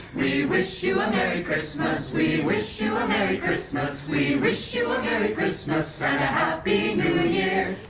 we wish you a merry christmas. we wish you a merry christmas. we wish you a merry christmas, and a happy new year.